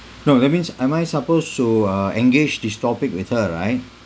no that means am I supposed so uh engage this topic with her right